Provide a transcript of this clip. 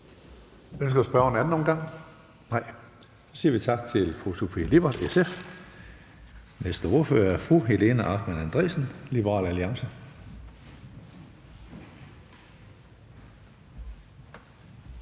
yderligere en kort bemærkning? Nej. Så siger vi tak til fru Sofie Lippert, SF. Næste ordfører er fru Helena Artmann Andresen, Liberal Alliance.